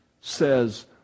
says